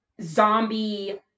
zombie